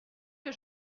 que